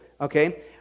okay